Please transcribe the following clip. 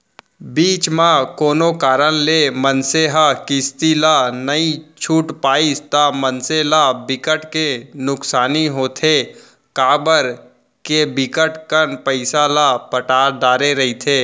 बीच म कोनो कारन ले मनसे ह किस्ती ला नइ छूट पाइस ता मनसे ल बिकट के नुकसानी होथे काबर के बिकट कन पइसा ल पटा डरे रहिथे